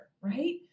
Right